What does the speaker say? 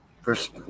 First